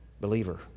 believer